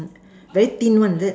very thin one is it